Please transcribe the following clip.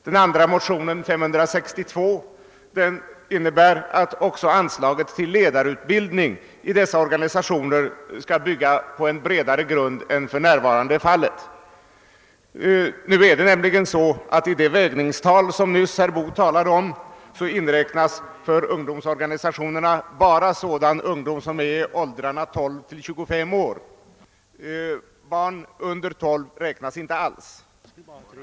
Den andra motionen — II: 562 — hemställer att också anslaget till ledarutbildning i dessa organisationer skall bygga på en bredare grund än som för närvarande är fallet. I det vägningstal som herr Boo nyss talade om inräknas nämligen för ungdomsorganisationerna bara sådana ungdomar som är i åldern 12— 25 år. Barn under 12 räknas inte alls.